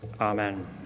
Amen